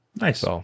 Nice